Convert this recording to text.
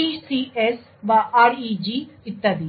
TCS বা REG ইত্যাদি